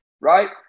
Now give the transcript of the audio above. right